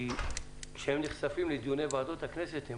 כשהם נחשפים לדיוני ועדות הכנסת,